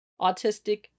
autistic